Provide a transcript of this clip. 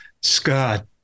Scott